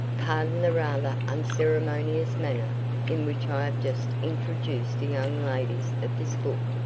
pardon the rather unceremonious manner in which i have just introduced the young ladies of this book.